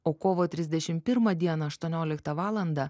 o kovo trisdešim pirmą dieną aštuonioliktą valandą